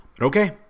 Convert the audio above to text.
Okay